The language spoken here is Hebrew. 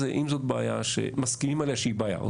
אם זאת בעיה שמסכימים עליה שהיא בעיה.